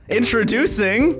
introducing